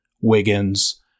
Wiggins